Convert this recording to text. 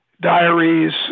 diaries